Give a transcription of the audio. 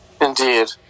Indeed